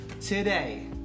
today